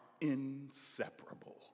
inseparable